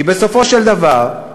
כי בסופו של דבר,